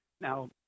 Now